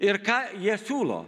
ir ką jie siūlo